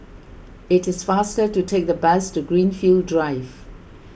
it is faster to take the bus to Greenfield Drive